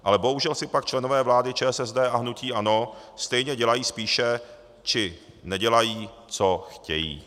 Ale bohužel si pak členové vlády ČSSD a hnutí ANO stejně dělají spíše, či nedělají, co chtějí.